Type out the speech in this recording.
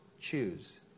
choose